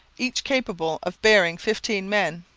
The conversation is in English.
each capable of bearing fifteen men.